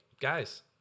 guys